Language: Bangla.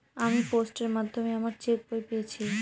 আমি পোস্টের মাধ্যমে আমার চেক বই পেয়েছি